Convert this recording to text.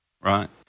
Right